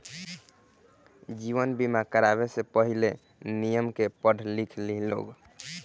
जीवन बीमा करावे से पहिले, नियम के पढ़ लिख लिह लोग